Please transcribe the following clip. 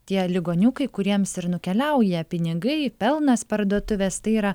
tie ligoniukai kuriems ir nukeliauja pinigai pelnas parduotuvės tai yra